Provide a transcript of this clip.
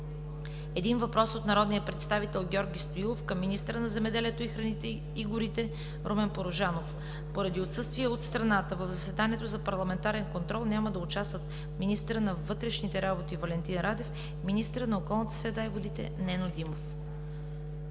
един въпрос от народния представител Георги Стоилов към министъра на земеделието, храните и горите Румен Порожанов. Поради отсъствие от страната в заседанието за парламентарен контрол няма да участват министърът на вътрешните работи Валентин Радев и министърът на околната среда и водите Нено Димов.